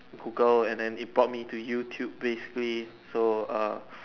Google and then it brought me to YouTube basically so err